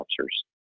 officers